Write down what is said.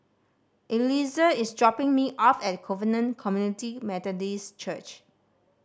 Eliezer is dropping me off at Covenant Community Methodist Church